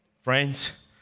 Friends